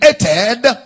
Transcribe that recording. created